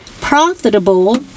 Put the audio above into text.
profitable